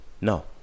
No